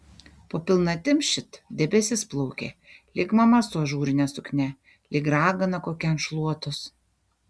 po pilnatim šit debesis plaukė lyg mama su ažūrine suknia lyg ragana kokia ant šluotos